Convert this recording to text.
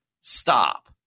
stop